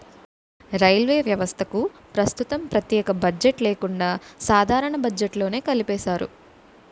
railway వ్యవస్థకు ప్రస్తుతం ప్రత్యేక బడ్జెట్ లేకుండా సాధారణ బడ్జెట్లోనే కలిపేశారు